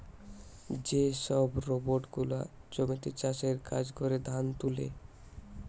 যে সব রোবট গুলা জমিতে চাষের কাজ করে, ধান তুলে